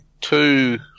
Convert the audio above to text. two